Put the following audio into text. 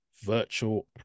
virtual